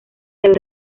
del